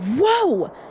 Whoa